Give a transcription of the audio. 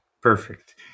Perfect